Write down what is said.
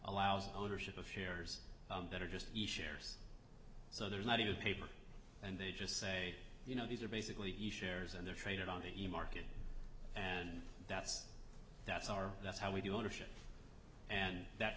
allows ownership of shares that are just issuers so there's not a new paper and they just say you know these are basically he shares and they're traded on the market and that's that's our that's how we do ownership and that